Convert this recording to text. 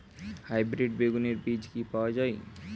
Hybrid বেগুনের বীজ কি পাওয়া য়ায়?